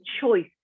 choice